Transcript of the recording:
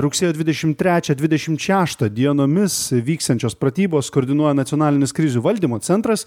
rugsėjo dvidešim trečią dvidešim šeštą dienomis vyksiančios pratybos koordinuoja nacionalinis krizių valdymo centras